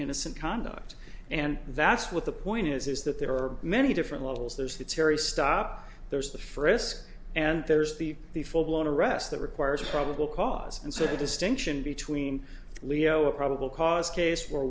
innocent conduct and that's what the point is is that there are many different levels there's the terry stop there's the for risk and there's the the full blown arrest that requires probable cause and so the distinction between leo a probable cause case